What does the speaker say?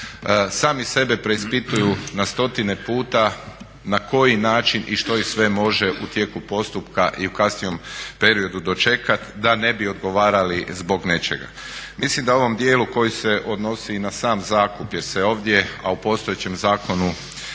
sami sebe preispituju na stotine puta na koji način i što ih sve može u tijeku postupka i u kasnijem periodu dočekati da ne bi odgovarali zbog nečega. Mislim da u ovom djelu koji se odnosi i na sam zakup, jer se ovdje a u postojećem zakonu